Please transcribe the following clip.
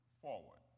forward